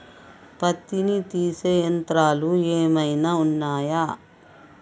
పత్తిని తీసే యంత్రాలు ఏమైనా ఉన్నయా?